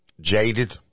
jaded